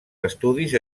estudis